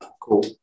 Cool